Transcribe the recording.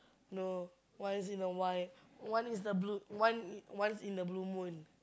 no once in a while once in a blue one once in a blue moon